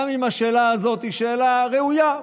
גם אם השאלה הזו היא שאלה ראויה,